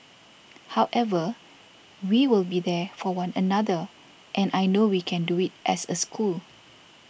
however we will be there for one another and I know we can do it as a school